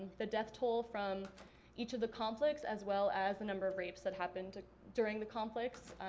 the death toll from each of the conflicts as well as the number of rapes that happened during the conflicts.